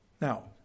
Now